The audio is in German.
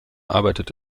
arbeitet